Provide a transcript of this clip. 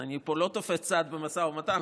אני פה לא תופס צד במשא ומתן,